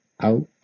out